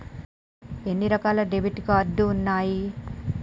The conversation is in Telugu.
ఎన్ని రకాల డెబిట్ కార్డు ఉన్నాయి?